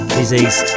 disease